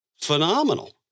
phenomenal